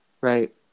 right